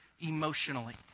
emotionally